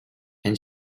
and